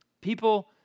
People